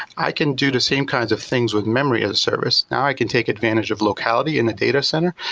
i can do the same kinds of things with memory as a service. now i can take advantage of locality in the data center,